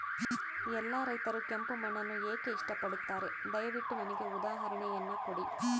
ಎಲ್ಲಾ ರೈತರು ಕೆಂಪು ಮಣ್ಣನ್ನು ಏಕೆ ಇಷ್ಟಪಡುತ್ತಾರೆ ದಯವಿಟ್ಟು ನನಗೆ ಉದಾಹರಣೆಯನ್ನ ಕೊಡಿ?